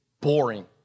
boring